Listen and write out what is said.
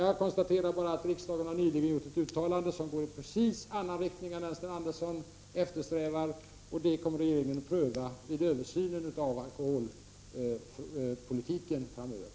Jag konstaterar bara att riksdagen nyligen har gjort ett uttalande som går i precis motsatt riktning mot vad Sten Andersson eftersträvar, och det uttalandet kommer regeringen att pröva vid översynen av alkoholpolitiken framöver.